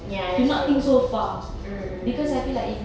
ya it's true mm mm mm